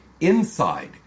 INSIDE